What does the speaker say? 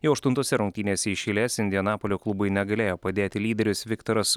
jau aštuntose rungtynėse iš eilės indianapolio klubui negalėjo padėti lyderis viktoras